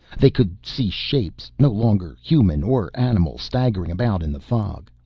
they could see shapes, no longer human or animal, staggering about in the fog.